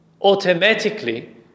automatically